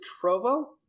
Trovo